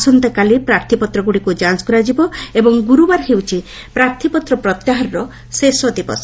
ଆସନ୍ତାକାଲି ପ୍ରାର୍ଥୀପତ୍ରଗୁଡ଼ିକୁ ଯାଞ୍ଚ କରାଯିବ ଏବଂ ଗ୍ରର୍ତ୍ତାର ହେଉଛି ପ୍ରାର୍ଥୀପତ୍ର ପ୍ରତ୍ୟାହାରର ଶେଷ ଦିବସ